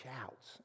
shouts